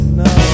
no